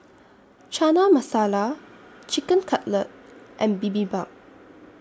Chana Masala Chicken Cutlet and Bibimbap